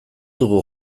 dugu